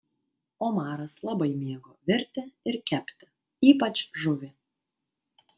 omaras labai mėgo virti ir kepti ypač žuvį